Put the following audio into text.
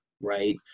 Right